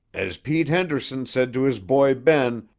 as pete henderson said to his boy, ben,